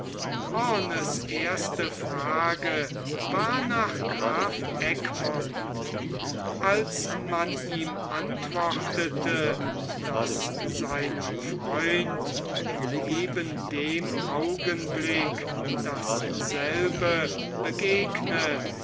hoorns erste frage war nach graf egmont als man ihm antwortete daß seinem freunde in eben dem augenblicke dasselbe begegne